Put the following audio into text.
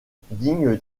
digne